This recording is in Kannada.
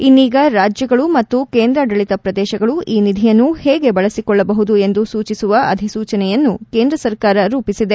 ಇನ್ನೀಗ ರಾಜ್ಗಳು ಮತ್ತು ಕೇಂದ್ರಾಡಳಿತ ಪ್ರದೇಶಗಳು ಈ ನಿಧಿಯನ್ನು ಹೇಗೆ ಬಳಸಿಕೊಳ್ಳಬಹುದು ಎಂದು ಸೂಚಿಸುವ ಅಧಿಸೂಚನೆಯನ್ನು ಕೇಂದ್ರಸರ್ಕಾರ ರೂಪಿಸಿದೆ